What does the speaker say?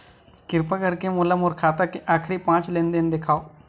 किरपा करके मोला मोर खाता के आखिरी पांच लेन देन देखाव